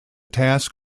task